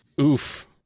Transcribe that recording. Oof